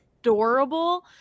adorable